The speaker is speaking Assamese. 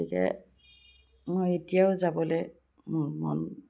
গতিকে মই এতিয়াও যাবলৈ মোৰ মন